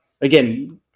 again